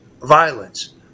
violence